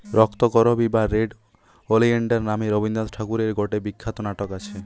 রক্তকরবী বা red oleander নামে রবীন্দ্রনাথ ঠাকুরের গটে বিখ্যাত নাটক আছে